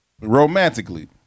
romantically